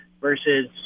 versus